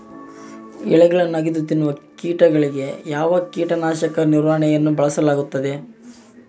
ಎಲೆಗಳನ್ನು ಅಗಿದು ತಿನ್ನುವ ಕೇಟಗಳಿಗೆ ಯಾವ ಕೇಟನಾಶಕದ ನಿರ್ವಹಣೆಯನ್ನು ಬಳಸಲಾಗುತ್ತದೆ?